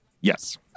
Yes